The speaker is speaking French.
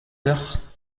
heure